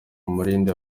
umurindi